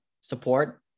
support